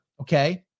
Okay